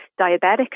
diabetic